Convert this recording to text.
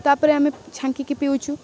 ତା'ପରେ ଆମେ ଛାଙ୍କିକି ପିଉଛୁ